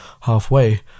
halfway